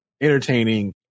entertaining